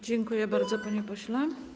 Dziękuję bardzo, panie pośle.